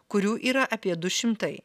kurių yra apie du šimtai